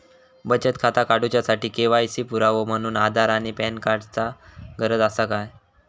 बचत खाता काडुच्या साठी के.वाय.सी पुरावो म्हणून आधार आणि पॅन कार्ड चा गरज आसा काय?